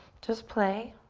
just play.